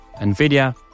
NVIDIA